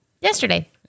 Yesterday